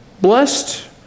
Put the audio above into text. Blessed